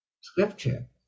scripture